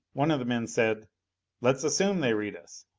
one of the men said let's assume they read us.